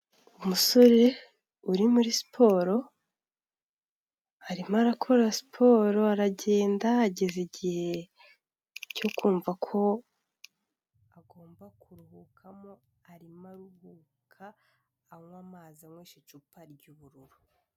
Umusore uri muri siporo arimo arakora siporo aragenda ageze igihe cyo kumva ko agomba kuruhukamo, arimo aruhuka anywa amazi anywesha icupa ry'ubururu.